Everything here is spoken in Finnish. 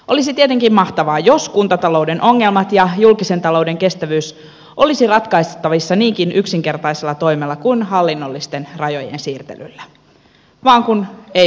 olisi tietenkin mahtavaa jos kuntatalouden ongelmat ja julkisen talouden kestävyys olisivat ratkaistavissa niinkin yksinkertaisella toimella kuin hallinnollisten rajojen siirtelyllä vaan kun eivät ratkea